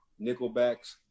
nickelbacks